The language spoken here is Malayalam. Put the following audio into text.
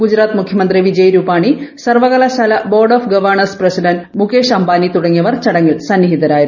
ഗുജറാത്ത് മുഖൃമന്ത്രി വിജയ് രൂപാണി സർവ്വകലാശാല board of governors president Mukesh Ambani തുടങ്ങിയവർ ചടങ്ങിൽ സന്നിഹിതരായിരുന്നു